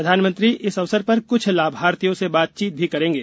प्रधानमंत्री इस अवसर पर कुछ लाभार्थियों से बातचीत भी करेंगे